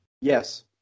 yes